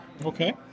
Okay